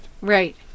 Right